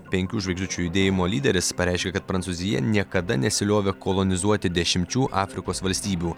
penkių žvaigždučių judėjimo lyderis pareiškė kad prancūzija niekada nesiliovė kolonizuoti dešimčių afrikos valstybių